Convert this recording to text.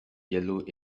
yellow